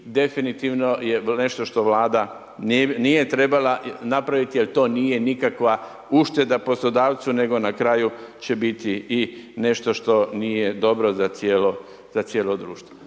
definitivno je nešto što vlada nije trebala napraviti jer to nije nikakva ušteda poslodavcu nego na kraju će biti i nešto što nije dobro za cijelo društvo.